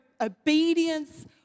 obedience